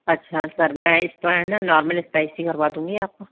अच्छा सर में इसको नॉर्मल स्पाइस ही करवा दूँगी आपका